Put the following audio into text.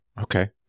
Okay